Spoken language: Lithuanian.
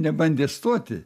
nebandė stoti